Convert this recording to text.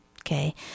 Okay